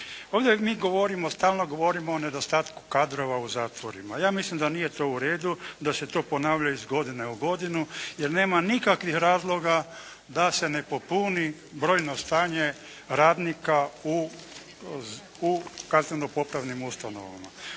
Ovdje mi stalno govorimo o nedostatku kadrova u zatvorima. Ja mislim da nije to u redu da se to ponavlja iz godine u godinu jer nema nikakvih razloga da se ne popuni brojno stanje radnika u kazneno-popravnim ustanovama.